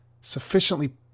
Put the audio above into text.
sufficiently